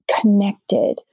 connected